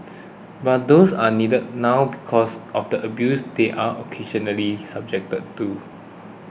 but these are needed now because of the abuse they are occasionally subjected to